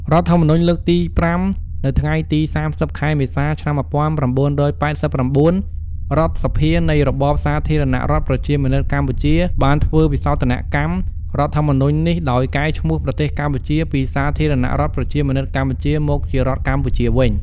រដ្ឋធម្មនុញ្ញលើកទី៥ នៅថ្ងៃទី៣០ ខែមេសា ឆ្នាំ១៩៨៩ រដ្ឋសភានៃរបបសាធារណរដ្ឋប្រជាមានិតកម្ពុជា បានធ្វើវិសោធនកម្មរដ្ឋធម្មនុញ្ញនេះដោយកែឈ្មោះប្រទេសកម្ពុជាពីសាធារណរដ្ឋប្រជាមានិតកម្ពុជា មកជារដ្ឋកម្ពុជាវិញ។